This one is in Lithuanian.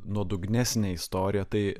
nuodugnesnę istoriją tai